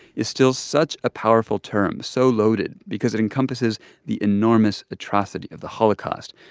is still such a powerful term, so loaded, because it encompasses the enormous atrocity of the holocaust,